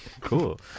Cool